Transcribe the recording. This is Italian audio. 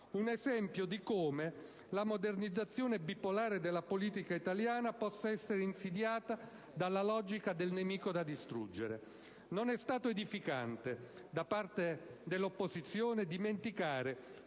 un esempio di come la modernizzazione bipolare della politica italiana possa essere insidiata dalla logica del nemico da distruggere. Non è stato edificante da parte dell'opposizione dimenticare